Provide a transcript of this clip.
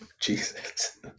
Jesus